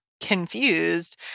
confused